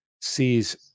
sees